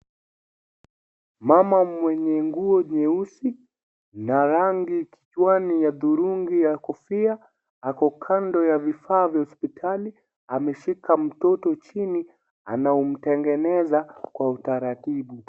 Mama mwenye nguo nyeusi na rangi kichwani ya thurungi ya kofia, ako kando ya vifaa vya hospitali , ameshika mtoto chini anamtengeneza kwa taratibu.